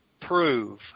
prove